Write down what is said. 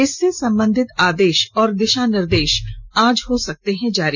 इससे संबधित आदेश और दिशा निर्देश आज हो सकते हैं जारी